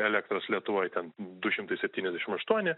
elektros lietuvoj ten du šimtai septyniasdešim aštuoni